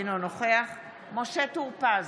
אינו נוכח משה טור פז,